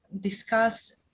discuss